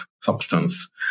substance